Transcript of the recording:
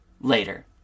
later